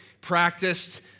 practiced